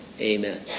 amen